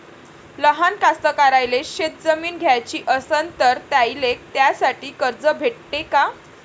लहान कास्तकाराइले शेतजमीन घ्याची असन तर त्याईले त्यासाठी कर्ज भेटते का?